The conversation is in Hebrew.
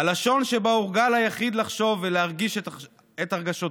"הלשון שבה הורגל היחיד לחשוב ולהרגיש את הרגשותיו".